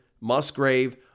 Musgrave